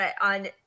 on